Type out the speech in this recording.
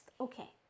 Okay